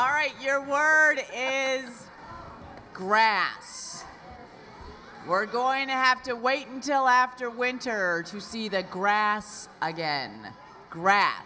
are right your word is grass we're going to have to wait until after winter to see the grass again grass